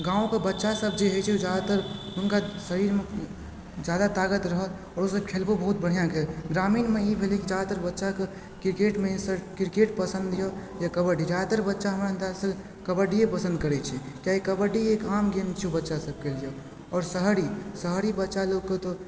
गाँवके बच्चासभ जे होइत छै ओ जादातर हुनका शरीरमे जादा तागत रहल आओर ओ सब खेलबो बहुत बढ़िआँ केलक ग्रामीणमे ई भेलय की जादातर बच्चाकऽ क्रिकेटमे क्रिकेट पसन्दए या कबड्डी जादातर बच्चा हमरा अंदाजसँ कबड्डीए पसंद करैत छै कियाकि कबड्डी एक आम गेम छै ओ बच्चा सभके लिए आओर शहरी शहरी बच्चालोगके तऽ